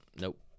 Nope